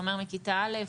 אתה אומר מכיתה א',